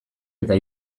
eta